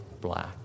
black